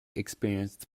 experienced